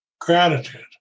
Gratitude